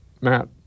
Matt